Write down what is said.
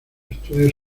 estudios